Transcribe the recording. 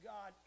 God